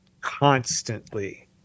constantly